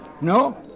No